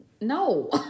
No